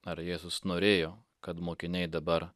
ar jėzus norėjo kad mokiniai dabar